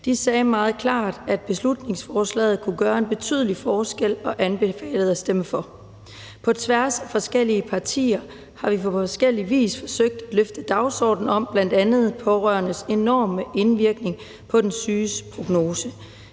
De sagde meget klart, at beslutningsforslaget kunne gøre en betydelig forskel, og de anbefalede at stemme for det. På tværs af forskellige partier har vi på forskellig vis forsøgt at løfte dagsordenen om bl.a. pårørendes enorme indvirkning på den syges prognose.